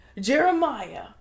Jeremiah